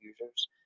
users